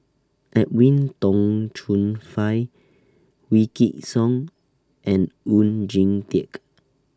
Edwin Tong Chun Fai Wykidd Song and Oon Jin Teik